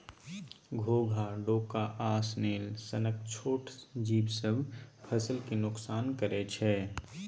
घोघा, डोका आ स्नेल सनक छोट जीब सब फसल केँ नोकसान करय छै